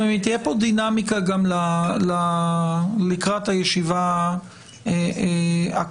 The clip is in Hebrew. תהיה פה דינמיקה גם לקראת הישיבה הקרובה.